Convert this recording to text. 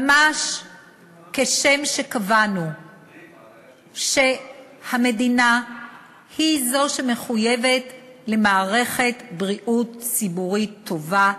ממש כשם שקבענו שהמדינה היא זו שמחויבת למערכת בריאות ציבורית טובה,